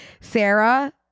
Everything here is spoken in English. sarah